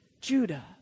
Judah